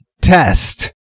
test